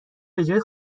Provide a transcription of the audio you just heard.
بجای